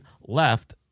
left